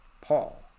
Paul